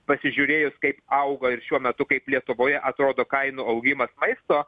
pasižiūrėjus kaip auga ir šiuo metu kaip lietuvoje atrodo kainų augimas maisto